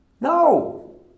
No